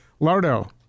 Lardo